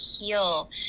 heal